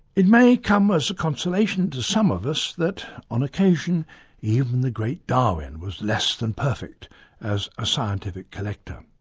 it may come as a consolation to some of us that on occasion even the great darwin was less than perfect as a scientific collector.